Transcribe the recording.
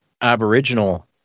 Aboriginal